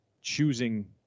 choosing